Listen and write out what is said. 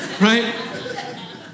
Right